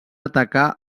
atacar